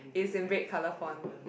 it's in red color font